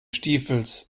stiefels